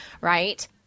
Right